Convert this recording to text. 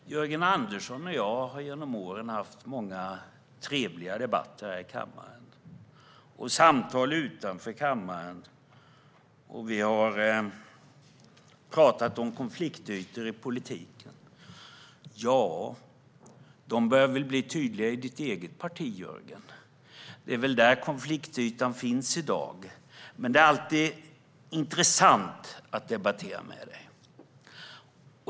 Fru talman! Jörgen Andersson och jag har genom åren haft många trevliga debatter här i kammaren och samtal utanför kammaren. Vi har talat om konfliktytor i politiken. De börjar väl bli tydliga i ditt eget parti, Jörgen? Det är väl där konfliktytan finns i dag. Men det är alltid intressant att debattera med dig.